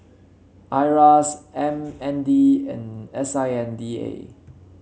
Iras M N D and S I N D A